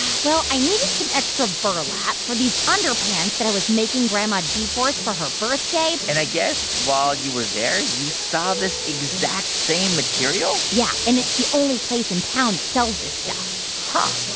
well, i needed some extra burlap for these underpants that i was making grandma g-force for her birthday and i guess while you were there, you saw this exact same material? yeah. and it's the only place in town that sells this stuff huh.